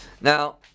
Now